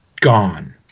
gone